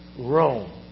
Rome